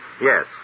Yes